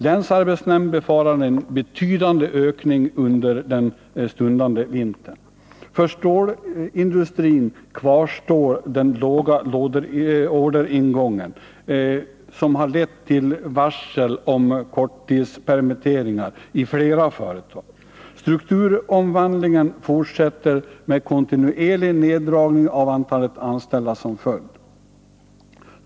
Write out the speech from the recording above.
Länsarbetsnämnden befarar en betydande ökning under vintern. För stålindustrin kvarstår den låga orderingången, vilken lett till varsel om korttidspermitteringar i flera företag. Strukturomvandlingen fortsätter med kontinuerlig neddragning av antalet anställda som följd.